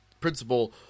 principle